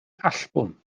allbwn